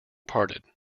parted